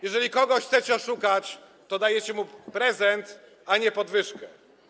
Jeżeli kogoś chcecie oszukać, to dajecie mu prezent, a nie podwyżkę.